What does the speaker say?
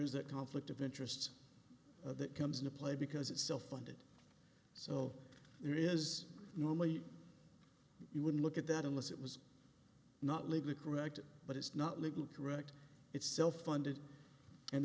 is that conflict of interests that comes into play because it's still funded so there is normally you wouldn't look at that unless it was not legally correct but it's not legally correct it's still funded and